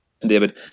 David